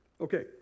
Okay